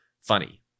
funny